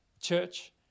church